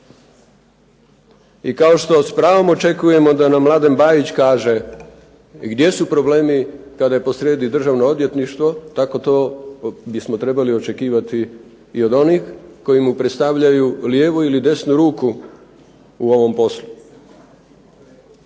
I kao što s pravom očekujemo da nam Mladen Bajić kaže gdje su problemi kada je posrijedi Državno odvjetništvo tako to bismo trebali očekivati i od onih koji mu predstavljaju lijevu ili desnu ruku u ovom poslu.